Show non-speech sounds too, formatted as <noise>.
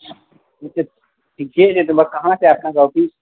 <unintelligible>